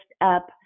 up